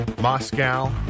Moscow